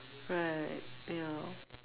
right ya